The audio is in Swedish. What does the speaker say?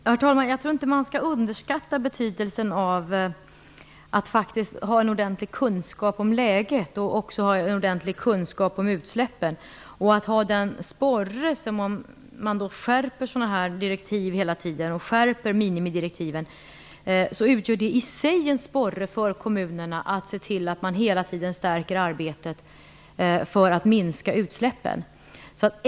Herr talman! Jag tror inte att man skall underskatta betydelsen av att ha en ordentlig kunskap om läget och även ha en ordentlig kunskap om utsläppen. Om man skärper sådana här direktiv hela tiden och skärper minimidirektiven utgör det i sig en sporre för kommunerna att hela tiden stärka arbetet för att minska utsläppen.